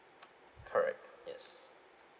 correct yes